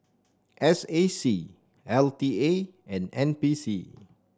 S A C L T A and N P C